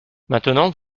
maintenant